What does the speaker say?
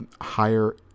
higher